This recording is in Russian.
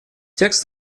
текст